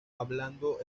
hablando